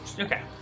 Okay